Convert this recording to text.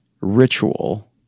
ritual